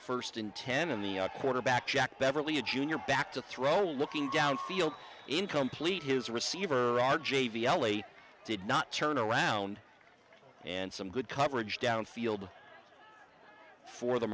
first in ten in the quarterback jack beverly a junior back to throw looking downfield incomplete his receiver r j v l a did not turn around and some good coverage downfield for the